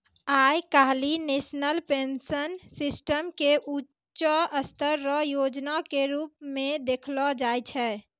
आइ काल्हि national pension system के ऊंचों स्तर रो योजना के रूप मे देखलो जाय छै